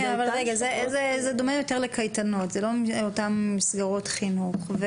זה דומה יותר לקייטנות, אלו לא אותן מסגרות חינוך.